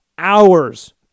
hours